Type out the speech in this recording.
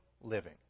living